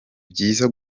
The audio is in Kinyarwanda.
byiza